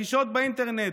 רכישות באינטרנט,